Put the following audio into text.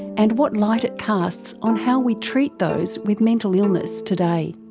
and what light it casts on how we treat those with mental illness today.